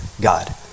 God